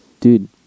Dude